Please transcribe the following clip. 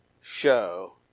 show